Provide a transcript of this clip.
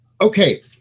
Okay